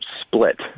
split